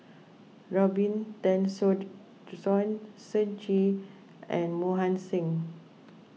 Robin Tessensohn Shen Xi and Mohan Singh